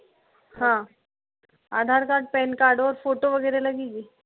हाँ Aadhaar card PAN card और photo वगेरह लगेगी